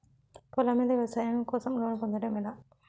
పొలం మీద వ్యవసాయం కోసం లోన్ పొందటం ఎలా?